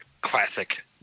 Classic